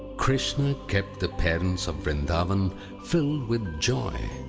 krishna kept the parents of vrindavan filled with joy